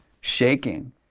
shaking